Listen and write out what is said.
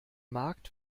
markt